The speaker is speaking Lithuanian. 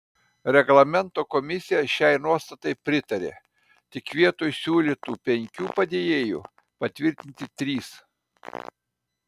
reglamento komisija šiai nuostatai pritarė tik vietoj siūlytų penkių padėjėjų patvirtinti trys